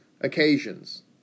occasions